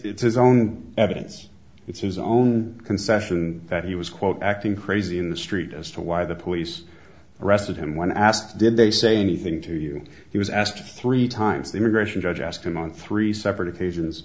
it's his own evidence it's his own concession that he was quote acting crazy in the street as to why the police arrested him when asked did they say anything to you he was asked three times the immigration judge asked him on three separate occasions